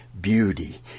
beauty